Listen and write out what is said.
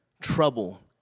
trouble